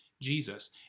Jesus